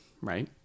right